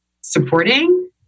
supporting